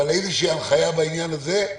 אבל איזושהי הנחיה בעניין הזה,